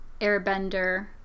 airbender